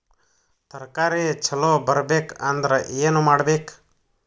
ತರಕಾರಿ ಛಲೋ ಬರ್ಬೆಕ್ ಅಂದ್ರ್ ಏನು ಮಾಡ್ಬೇಕ್?